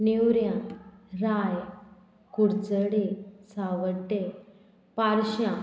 Neura Rai Kudchade Savorde पारश्यां